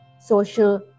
social